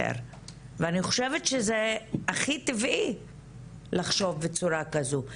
ואני חושבת שזה הכי טבעי לחשוב בצורה כזו,